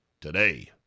today